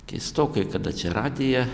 keistokai kada čia radiją